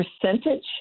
percentage